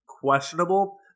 questionable